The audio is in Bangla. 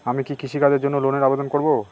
আমি কি কৃষিকাজের জন্য লোনের আবেদন করব?